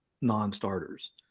non-starters